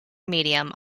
medium